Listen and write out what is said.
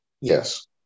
Yes